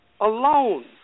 alone